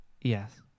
Yes